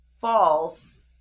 false